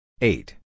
eight